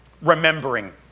Remembering